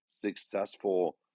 successful